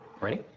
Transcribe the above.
Ready